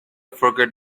forget